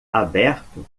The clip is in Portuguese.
aberto